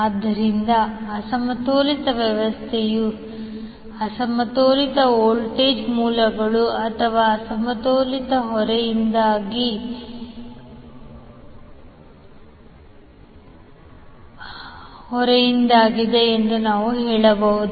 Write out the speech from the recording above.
ಆದ್ದರಿಂದ ಅಸಮತೋಲಿತ ವ್ಯವಸ್ಥೆಯು ಅಸಮತೋಲಿತ ವೋಲ್ಟೇಜ್ ಮೂಲಗಳು ಅಥವಾ ಅಸಮತೋಲಿತ ಹೊರೆಯಿಂದಾಗಿ ಎಂದು ನಾವು ಹೇಳಬಹುದು